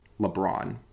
LeBron